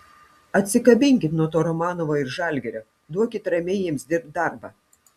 atsikabinkit nuo to romanovo ir žalgirio duokit ramiai jiems dirbt darbą